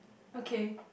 okay